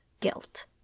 guilt